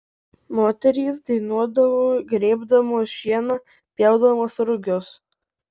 moterys dainuodavo grėbdamos šieną pjaudamos rugius